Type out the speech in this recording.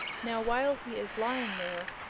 now while he is lying there,